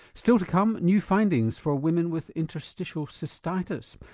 still to come, new findings for women with interstitial cystitis,